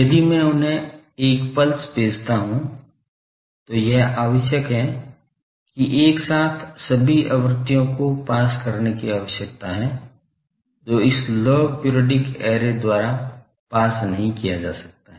यदि मैं उन्हें एक पल्स भेजता हूं तो यह आवश्यक है कि एक साथ सभी आवृत्तियों को पास करने की आवश्यकता है जो इस लॉग पीरिऑडिक ऐरे द्वारा पास नहीं किया जा सकता है